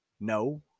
No